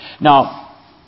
now